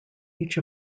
each